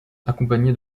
accompagné